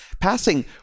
passing